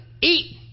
eat